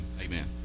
Amen